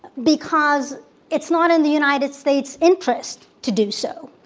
because it's not in the united states' interest to do so.